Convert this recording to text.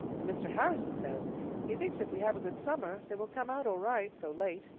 and mr. harrison says he thinks if we have a good summer they will come out all right though late.